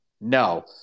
no